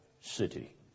city